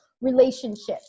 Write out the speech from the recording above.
relationships